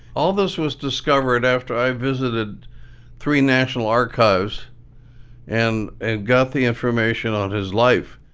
all this was discovered after i visited three national archives and and got the information on his life.